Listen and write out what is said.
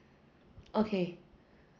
okay